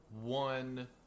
one –